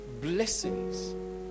blessings